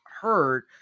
heard